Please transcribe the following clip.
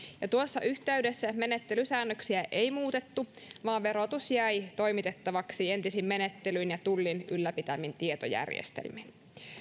tuossa yhteydessä menettelysäännöksiä ei muutettu vaan verotus jäi toimitettavaksi entisin menettelyin ja tullin ylläpitämin tietojärjestelmin